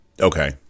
Okay